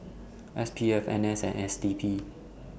S P F N S and S D P